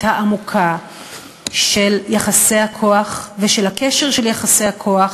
העמוקה של יחסי הכוח ושל הקשר של יחסי הכוח